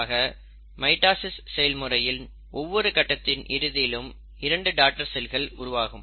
ஆக மைட்டாசிஸ் செயல்முறையின் ஒவ்வொரு கட்டத்தில் இறுதியிலும் 2 டாடர் செல்கள் உருவாகும்